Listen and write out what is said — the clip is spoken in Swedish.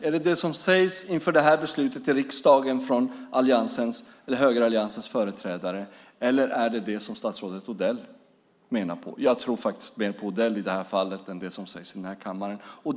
Är det det som sägs inför detta beslut i riksdagen från högeralliansens företrädare, eller är det det som statsrådet Mats Odell säger? Jag tror faktiskt mer på Mats Odell i det här fallet än på det som sägs i den här kammaren.